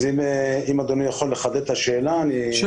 אם אדוני יכול לחדד את השאלה, בשמחה.